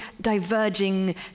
diverging